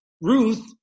ruth